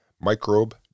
Microbe